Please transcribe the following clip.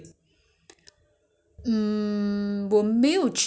可能下一次我去我我